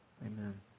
Amen